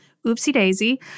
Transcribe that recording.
oopsie-daisy